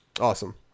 Awesome